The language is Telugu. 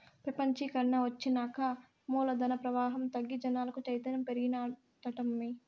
పెపంచీకరన ఒచ్చినాక మూలధన ప్రవాహం తగ్గి జనాలకు చైతన్యం పెరిగినాదటమ్మా